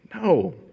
No